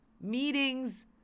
meetings